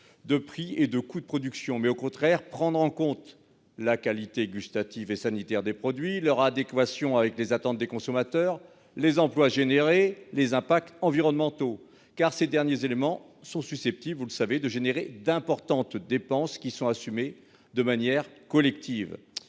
de prix et de coûts de production mais au contraire prendre en compte la qualité gustative et sanitaire des produits leur adéquation avec les attentes des consommateurs. Les emplois générés les impacts environnementaux. Car ces derniers éléments sont susceptibles vous le savez de générer d'importantes dépenses qui sont assumées de manière collective.